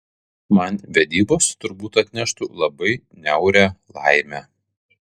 man vedybos turbūt atneštų labai niaurią laimę